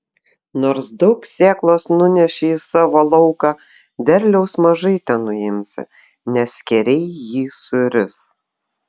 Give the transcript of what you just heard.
nors daug sėklos nuneši į savo lauką derliaus mažai tenuimsi nes skėriai jį suris